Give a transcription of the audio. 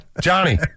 Johnny